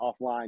offline